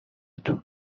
تون